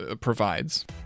provides